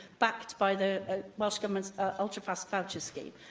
backed by the welsh government's ah ultrafast voucher scheme.